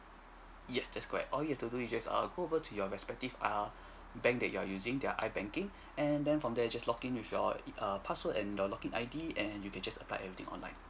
yes that's correct all you have to do you just err go over to your respective err bank that you are using there are I banking and then from there you just login with your err password and the login I_D and you can just apply everything online